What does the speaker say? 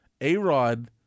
A-Rod